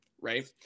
Right